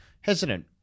hesitant